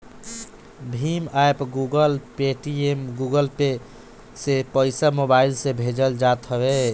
Bhim app, Google, Paytm, Google Pay से पईसा mobile से भेजल जात हवे